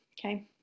okay